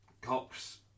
Cops